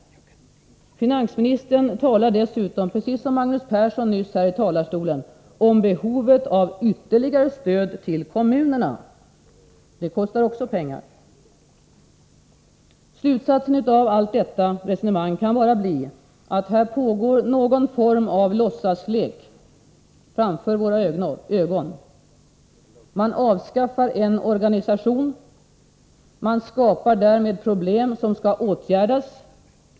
Finansministern talar dessutom, precis som Magnus Persson nyss, om behovet av ytterligare stöd till kommunerna. Det kostar också pengar. Slutsatsen av hela detta resonemang kan bara bli att här pågår någon form av låtsaslek framför våra ögon. Man avskaffar en organisation. Man skapar därmed problem, som skall åtgärdas.